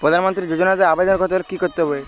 প্রধান মন্ত্রী যোজনাতে আবেদন করতে হলে কি কী লাগবে?